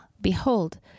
behold